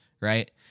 right